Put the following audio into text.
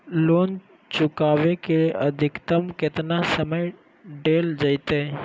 Loan चुकाबे के अधिकतम केतना समय डेल जयते?